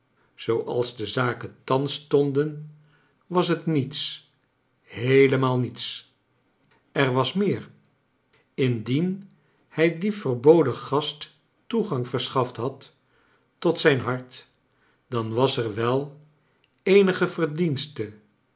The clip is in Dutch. zooals de zaken thans stonden was het niets heelemaal niets er was meer indien hij dien verboden gast toegang verschaft had tot ijn hart dan was er wel eenige verdienste